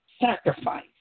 sacrifice